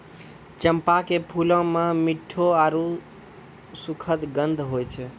चंपा के फूलो मे मिठ्ठो आरु सुखद गंध होय छै